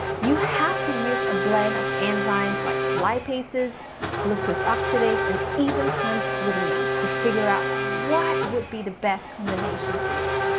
you have to use a blend of enzymes like like lipases, glucose oxidase and even transglutaminase to figure out what would be the best combination for you.